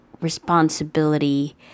responsibility